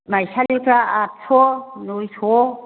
माइसालिफ्रा आठस' नयस'